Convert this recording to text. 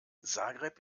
zagreb